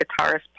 guitarist